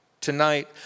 Tonight